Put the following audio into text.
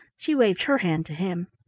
she waved her hand to him.